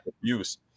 use